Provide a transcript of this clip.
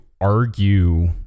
argue